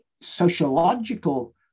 sociological